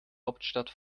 hauptstadt